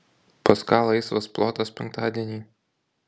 pas ką laisvas plotas penktadienį